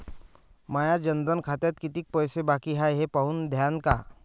माया जनधन खात्यात कितीक पैसे बाकी हाय हे पाहून द्यान का?